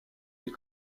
des